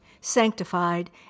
sanctified